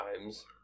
times